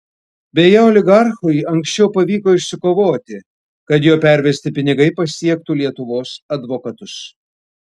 beje oligarchui anksčiau pavyko išsikovoti kad jo pervesti pinigai pasiektų lietuvos advokatus